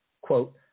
Quote